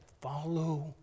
follow